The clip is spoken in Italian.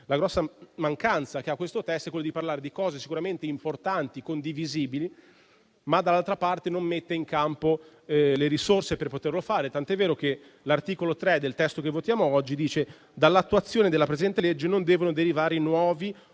La grossa mancanza che ha questo testo, quindi, è quella di parlare di cose sicuramente importanti e condivisibili, senza però, dall'altra parte, mettere in campo le risorse per poterle realizzare. Tant'è vero che l'articolo 3 del testo che votiamo oggi recita: «Dall'attuazione della presente legge non devono derivare nuovi